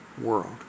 world